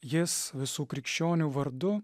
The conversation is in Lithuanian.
jis visų krikščionių vardu